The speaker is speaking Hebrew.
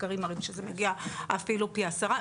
מחקרים מראים שזה מגיע אפילו פי עשרה,